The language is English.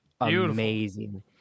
amazing